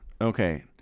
Okay